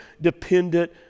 dependent